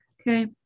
Okay